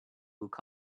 look